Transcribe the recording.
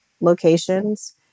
locations